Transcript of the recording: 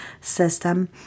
system